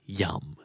yum